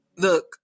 Look